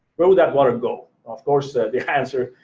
where would that water go? of course, the answer,